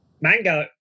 mango